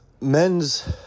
men's